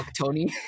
Tony